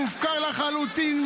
מופקר לחלוטין,